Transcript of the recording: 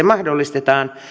mahdollistetaan